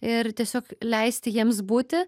ir tiesiog leisti jiems būti